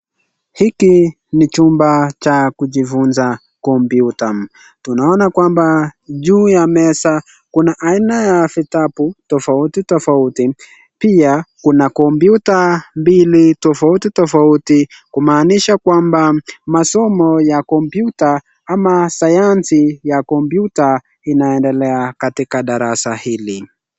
Hiki ni chumba cha kujifunza kompyuta tunaona kwamba juu ya meza, Kuna aina ya vitabu tofauti tofauti pia kuna kompyuta mbili tofauti tofauti kumaanisha kwamba masomo ya kompyuta ama sayansi ya kompyuta inaendelea katika darasa hili.